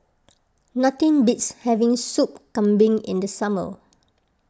nothing beats having Soup Kambing in the summer